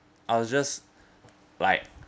I was just like